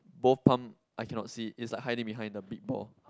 both palm I cannot see it's like hiding behind the big ball